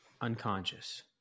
unconscious